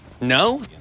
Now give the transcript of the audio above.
No